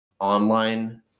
online